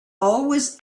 always